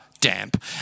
damp